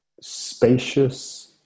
spacious